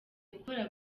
gukora